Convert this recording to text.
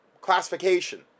classification